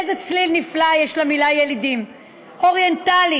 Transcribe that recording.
איזה צליל נפלא יש למילה "ילידים" אוריינטלי,